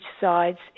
side's